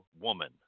woman